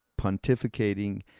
pontificating